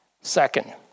Second